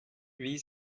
wie